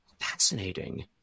Fascinating